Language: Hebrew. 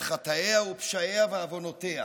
את חטאיה ופשעיה ועוונותיה,